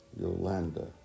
Yolanda